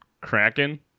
Kraken